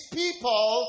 people